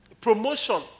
promotion